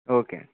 okay